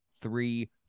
three